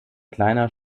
kleiner